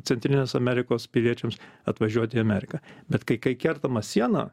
centrinės amerikos piliečiams atvažiuoti į ameriką bet kai kai kertama siena